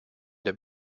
der